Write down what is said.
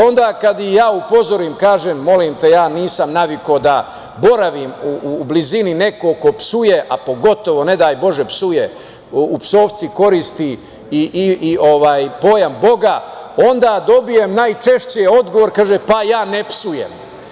Onda, kada ih ja upozorim, kažem – molim te ja nisam navikao da boravim u blizini nekog ko psuje, a pogotovo ne daj Bože u psovci koristi i pojam Boga, onda dobijem najčešće odgovor, kaže – pa je ne psujem.